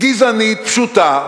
גזענית פשוטה,